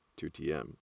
2TM